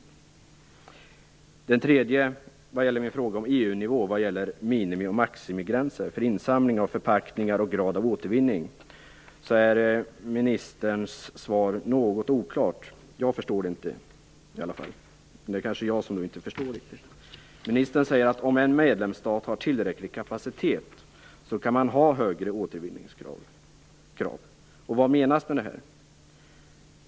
För det tredje gäller det min fråga om EU-nivå vad gäller minimi och maximigränser för insamling av förpackningar och grad av återvinning. Ministerns svar är här något oklart. Jag förstår det i varje fall inte, men det kanske är jag som inte riktigt förstår. Ministern säger att om en medlemsstat har tillräcklig kapacitet kan man han högre återvinningskrav. Vad menas med detta?